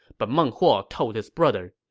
but meng huo told his brother,